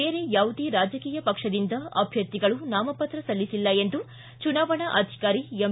ಬೇರೆ ಯಾವುದೇ ರಾಜಕೀಯ ಪಕ್ಷದಿಂದ ಅಧ್ಯರ್ಥಿಗಳು ನಾಮಪತ್ರ ಸಲ್ಲಿಸಿಲ್ಲ ಎಂದು ಚುನಾವಣಾ ಅಧಿಕಾರಿ ಎಂ